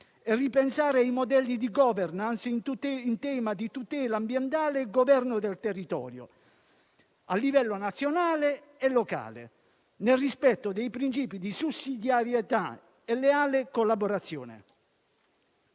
e ripensare i modelli di *governance* in tema di tutela ambientale e governo del territorio, a livello nazionale e locale, nel rispetto dei principi di sussidiarietà e leale collaborazione.